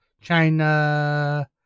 China